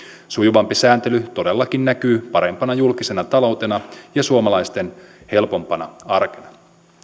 sujuvampi sääntely todellakin näkyy parempana julkisena taloutena ja suomalaisten helpompana arkena